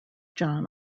john